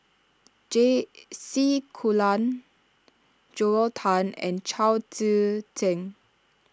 J C Kunalan Joel Tan and Chao Tzee Cheng